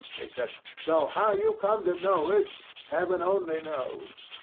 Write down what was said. he said though how you come to know it, heaven only knows.